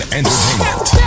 entertainment